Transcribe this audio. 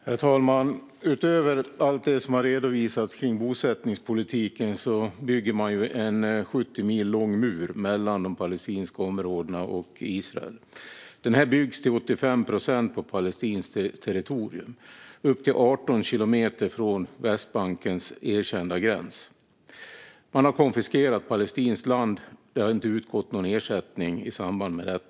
Herr talman! Utöver allt det som har redovisats om bosättningspolitiken bygger Israel en 70 mil lång mur mellan de palestinska områdena och Israel. Den byggs till 85 procent på palestinskt territorium och upp till 18 kilometer från Västbankens erkända gräns. Man har konfiskerat palestinskt land, och det har inte utgått någon ersättning i samband med detta.